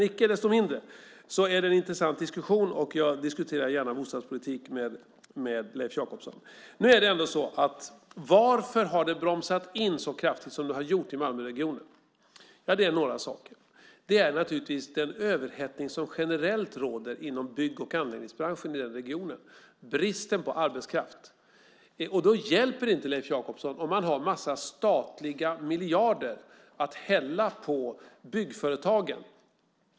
Icke desto mindre är det en intressant diskussion, och jag diskuterar gärna bostadspolitik med Leif Jakobsson. Frågan är varför byggandet bromsats så kraftigt som det gjort i Malmöregionen? Det beror på några olika saker. En orsak är naturligtvis den överhettning som generellt råder inom bygg och anläggningsbranschen i den regionen och därmed bristen på arbetskraft. Då hjälper det inte, Leif Jakobsson, att man har en mängd statliga miljarder att hälla på byggföretagen.